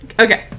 okay